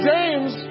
James